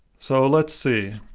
so, let's see,